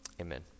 amen